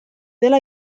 dela